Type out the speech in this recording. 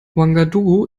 ouagadougou